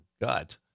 gut